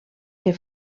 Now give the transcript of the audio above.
que